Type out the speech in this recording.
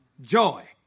Joy